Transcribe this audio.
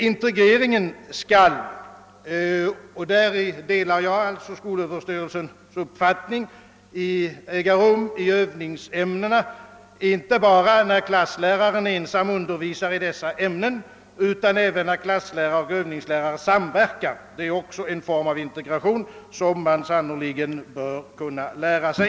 Integreringen skall — och därvidlag delar jag alltså skolöverstyrelsens uppfattning — äga rum i övningsämnena inte bara när klassläraren ensam undervisar i dessa ämnen utan även när klasslärare och övningslärare samverkar. Det är också en form av integration, som man sannerligen bör kunna lära sig.